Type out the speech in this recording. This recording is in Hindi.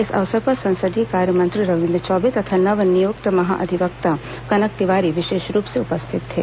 इस अवसर पर संसदीय कार्य मंत्री रविन्द्र चौबे तथा नव नियुक्त महाधिवक्ता कनक तिवारी विशेष रूप से उपस्थित थे